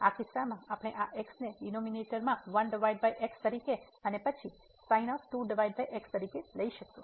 તેથી આ કિસ્સામાં આપણે આ x ને ડિનોમિનેટર માં 1 x તરીકે અને પછી sin 2 x તરીકે લઈ શકીએ